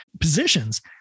positions